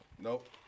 Nope